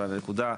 אבל הנקודה,